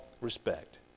respect